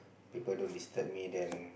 people don't disturb me then